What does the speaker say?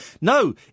No